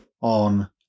on